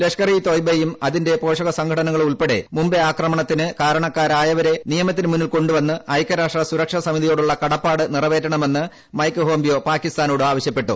ലഷ്കർ ഇ തോയ്ബയും അതിന്റെ പോഷക സംഘടനകളും ഉൾപ്പെടെ മുംബൈ ആക്രമണത്തിന് ക്യൂർണ്ണക്കാരായവരെ നിയമത്തിന് മുന്നിൽ കൊണ്ടുവന്ന് ഐക്യരാഷ്ട്ര സുരക്ഷാ സമിതിയോടുള്ള കടപ്പാട് നിറപ്പേറ്റൺമെന്ന് മൈക് ഹേംപിയോ പാകിസ്ഥാനോട് ആവശ്യപ്പെട്ടു